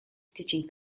teaching